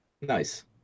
Nice